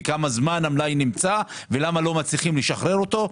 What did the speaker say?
כמה זמן המלאי נמצא ולמה לא מצליחים לשחרר אותו.